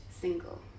single